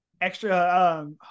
extra